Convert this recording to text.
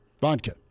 Vodka